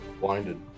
Blinded